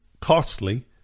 costly